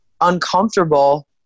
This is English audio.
uncomfortable